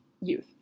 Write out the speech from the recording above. youth